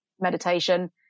meditation